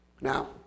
Now